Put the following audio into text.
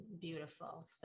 beautiful